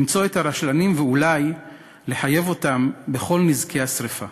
למצוא את הרשלנים ואולי לחייב אותם בכל נזקי השרפה,